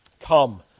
come